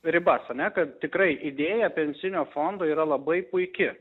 ribas ane kad tikrai idėja pensinio fondo yra labai puiki